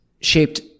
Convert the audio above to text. shaped